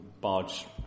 barge